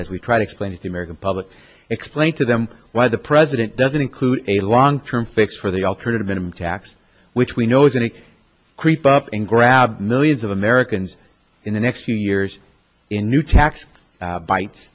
as we try to explain to the american public explain to them why the president doesn't include a long term fix for the alternative minimum tax which we know isn't it creep up and grab millions of americans in the next few years in new tax bite